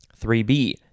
3b